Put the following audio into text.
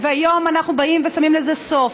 והיום אנחנו באים ושמים לזה סוף.